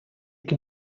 can